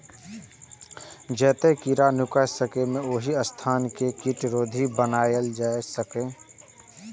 जतय कीड़ा नुकाय सकैए, ओहि स्थान कें कीटरोधी बनाएल जा सकैए